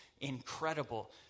incredible